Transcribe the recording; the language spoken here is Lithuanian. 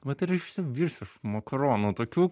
vat ir išsivirsiu aš makaronų tokių